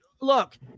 look